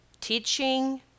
teaching